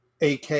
AK